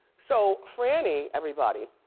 so franny, everybody,